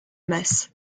masse